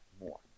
more